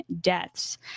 deaths